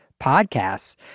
podcasts